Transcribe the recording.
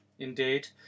Indeed